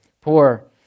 poor